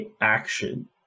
action